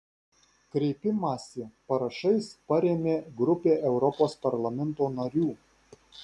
kreipimąsi parašais parėmė grupė europos parlamento narių